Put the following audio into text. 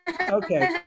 Okay